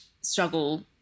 struggle